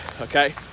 okay